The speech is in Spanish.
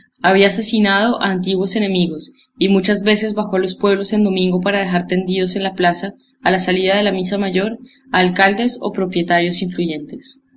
había asesinado a antiguos enemigos y muchas veces bajó a los pueblos en domingo para dejar tendidos en la plaza a la salida de la misa mayor a alcaldes o propietarios influyentes